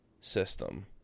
system